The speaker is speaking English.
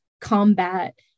combat